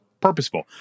purposeful